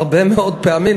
הרבה מאוד פעמים,